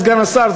סגן השר,